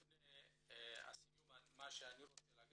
אני רוצה לומר